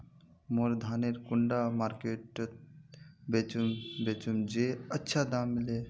मोर धानेर कुंडा मार्केट त बेचुम बेचुम जे अच्छा दाम मिले?